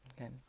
okay